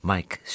Mike